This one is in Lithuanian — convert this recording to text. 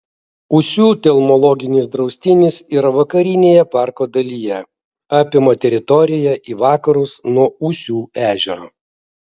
ūsių telmologinis draustinis yra vakarinėje parko dalyje apima teritoriją į vakarus nuo ūsių ežero